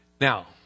Now